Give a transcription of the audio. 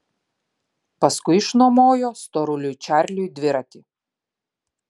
paskui išnuomojo storuliui čarliui dviratį